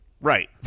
Right